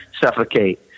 suffocate